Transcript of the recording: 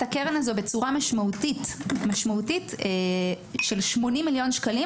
הקרן הזאת בצורה משמעותית של 80 מיליון שקלים,